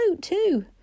too